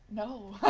no.